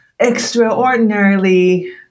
extraordinarily